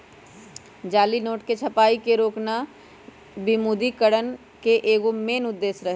जाली नोट के छपाई के रोकना विमुद्रिकरण के एगो मेन उद्देश्य रही